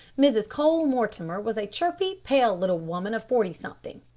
mrs. cole-mortimer was a chirpy, pale little woman of forty-something.